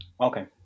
Okay